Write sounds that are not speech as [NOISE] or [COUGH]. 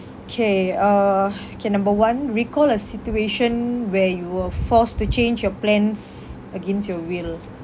K uh [BREATH] K number one recall a situation where you were forced to change your plans against your will